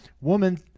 woman